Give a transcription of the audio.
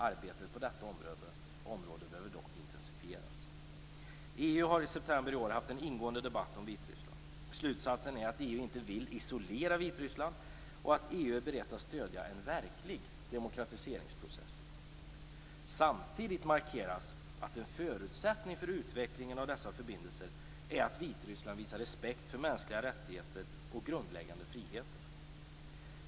Arbetet på detta område behöver dock intensifieras. EU har i september i år haft en ingående debatt om Vitryssland. Slutsatsen är att EU inte vill isolera Vitryssland och att EU är berett att stödja en verklig demokratiseringsprocess. Samtidigt markerades att en förutsättning för utveckling av dessa förbindelser är att Vitryssland visar respekt för mänskliga rättigheter och grundläggande friheter.